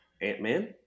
Ant-Man